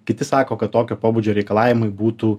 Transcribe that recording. kiti sako kad tokio pobūdžio reikalavimai būtų